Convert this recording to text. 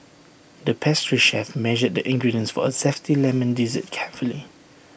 the pastry chef measured the ingredients for A Zesty Lemon Dessert carefully